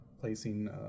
placing